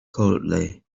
coldly